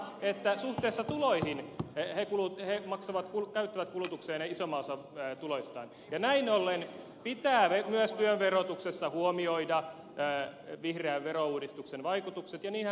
mutta se on totta että suhteessa tuloihin he käyttävät kulutukseen isomman osan tuloistaan ja näin ollen pitää myös työn verotuksessa huomioida vihreän verouudistuksen vaikutukset ja niinhän tämä hallitus on tehnyt